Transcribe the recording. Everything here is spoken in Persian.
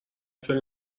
سال